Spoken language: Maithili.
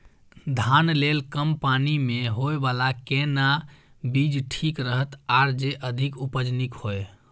धान लेल कम पानी मे होयबला केना बीज ठीक रहत आर जे अधिक उपज नीक होय?